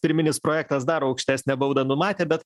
pirminis projektas dar aukštesnę baudą numatė bet